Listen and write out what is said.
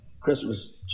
Christmas